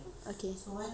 okay